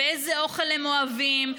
איזה אוכל הם אוהבים,